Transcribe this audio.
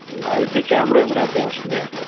white ہی cameras رہتے ہیں اُس میں